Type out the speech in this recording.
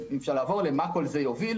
למה כל זה יוביל